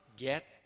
get